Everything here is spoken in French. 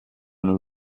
nos